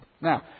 Now